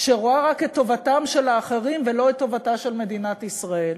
שרואה רק את טובתם של האחרים ולא את טובתה של מדינת ישראל.